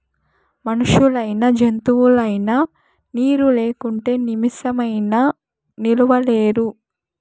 మనుషులైనా జంతువులైనా నీరు లేకుంటే నిమిసమైనా నిలువలేరు